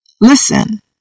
Listen